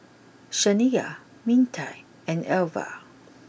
Shaniya Mintie and Alva